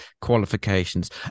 qualifications